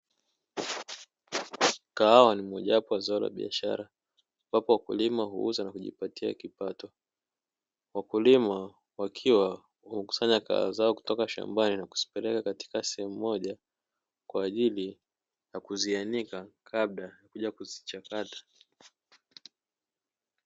Kahawa ni mojawapo ya zao la biashara ambapo wakulima huuza na kujipatia kipato, wakulima wakiwa wamekusanya kahawa zao kutoka shambani na kuzipeleka katika sehemu moja kwa ajili ya kuzianika kabla ya kuzichakara.